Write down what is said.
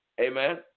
Amen